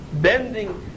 bending